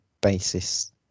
basis